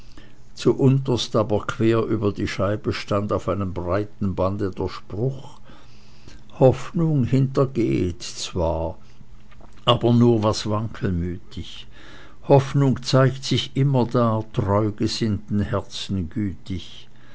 zuunterst aber quer über die scheibe stand auf einem breiten bande der spruch hoffnung hintergehet zwar aber nur was wankelmütig hoffnung zeigt sich immerdar treugesinnten herzen gütig